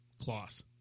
cloth